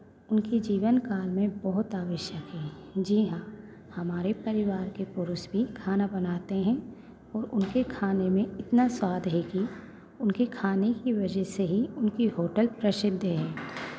उनके जीवन काल में बहुत आवश्यक है जी हाँ हमारे परिवार के पुरुष भी खाना बनाते हैं और उनके खाने में इतना स्वाद है कि उनके खाने के वजह से ही उनकी होटल प्रसिद्ध है